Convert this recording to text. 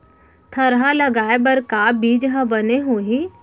थरहा लगाए बर का बीज हा बने होही?